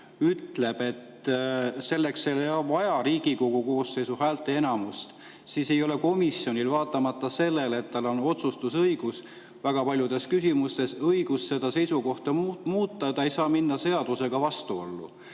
ütleb, et selleks ei ole vaja Riigikogu koosseisu häälteenamust, siis ei ole komisjonil, vaatamata sellele, et tal on otsustusõigus väga paljudes küsimustes, õigust seda seisukohta muuta. Ta ei saa minna seadusega vastuollu.